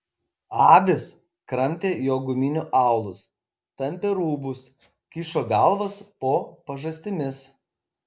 avys kramtė jo guminių aulus tampė rūbus kišo galvas po pažastimis